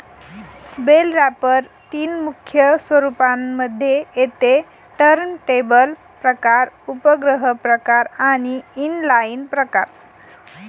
bell wrapper तीन मुख्य स्वरूपांना मध्ये येते टर्नटेबल प्रकार, उपग्रह प्रकार आणि इनलाईन प्रकार